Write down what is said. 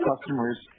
customers